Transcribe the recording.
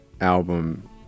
album